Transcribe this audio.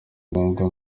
ngombwa